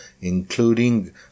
including